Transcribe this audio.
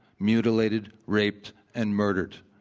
mutilated, raped, and murdered.